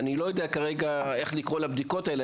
אני לא יודע כרגע איך לקרוא לבדיקות האלה,